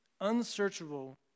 unsearchable